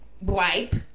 wipe